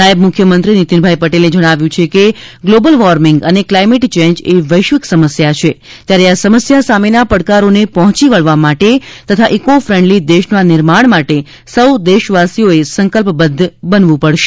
નાયબ મુખ્યમંત્રી શ્રી નીતિનભાઇ પટેલે જણાવ્યું છે કે ગ્લોબલ ર્વોમિંગ અને કલાઇમેટ ચેન્જ એ વૈશ્વિક સમસ્યા છે ત્યારે આ સમસ્યા સામેના પડકારોને પહોંચી વળવા માટે તથા ઇકો ફ્રેન્ડલી દેશના નિર્માણ માટે સૌ દેશવાસીઓએ સંકલ્પબદ્ધ બનવું પડશે